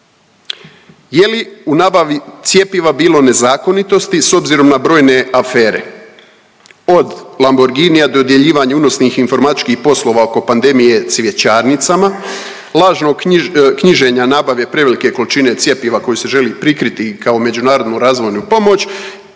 Je li u nabavi cjepiva bilo nezakonitosti s obzirom na brojne afere od Lamborginija, dodjeljivanja unosnih informatičkih poslova oko pandemije cvjećarnicama, lažno knjiženja nabave prevelike količine cjepiva koju se želi prikriti i kao međunarodnu razvojnu pomoć